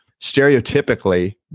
stereotypically